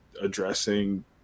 addressing